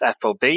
FOB